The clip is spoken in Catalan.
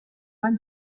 van